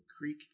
Creek